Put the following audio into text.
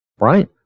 Right